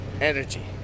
energy